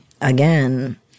again